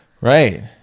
Right